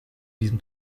diesem